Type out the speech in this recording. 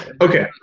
Okay